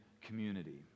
community